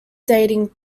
dating